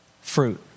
fruit